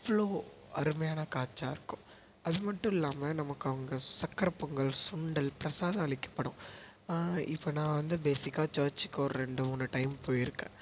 அவ்வளவோ அருமையான காட்சாக இருக்கும் அதுமட்டும் இல்லாமல் நமக்கு அவங்க சக்கரை பொங்கல் சுண்டல் பிரசாதம் அளிக்கப்படும் இப்போ நான் வந்து பேஸிக்காக சர்ச்க்கு ஒரு ரெண்டு மூணு டைம் போயி இருக்கேன்